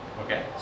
Okay